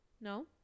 No